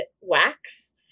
wax